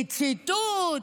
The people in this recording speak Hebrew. לציטוט,